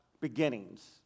beginnings